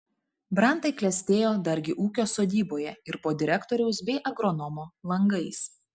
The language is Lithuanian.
brantai klestėjo dargi ūkio sodyboje ir po direktoriaus bei agronomo langais